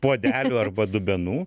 puodelių arba dubenų